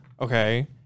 okay